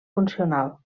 funcional